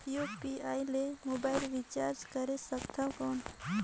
UPI ले mobile recharge करे सकथन कौन?